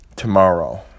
tomorrow